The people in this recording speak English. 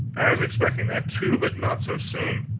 i was expecting that, too, but not so soon.